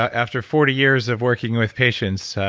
after forty years of working with patients,